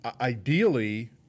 ideally